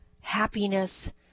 happiness